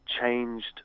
changed